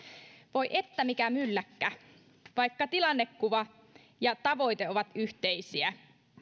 voi että mikä mylläkkä vaikka tilannekuva ja tavoite ovat yhteisiä